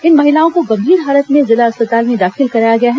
इन महिलाओं को गंभीर हालत में जिला अस्पताल में दाखिल कराया गया है